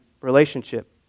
relationship